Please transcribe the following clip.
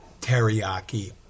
teriyaki